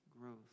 growth